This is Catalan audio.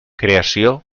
creació